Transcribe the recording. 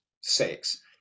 six